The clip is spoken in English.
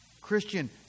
Christian